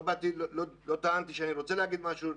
לא טענתי שאני רוצה להגיד משהו,